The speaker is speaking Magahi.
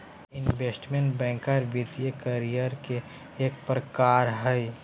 इन्वेस्टमेंट बैंकर वित्तीय करियर के एक प्रकार हय